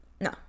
no